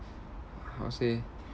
how to say